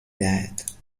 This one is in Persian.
دهد